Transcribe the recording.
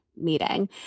meeting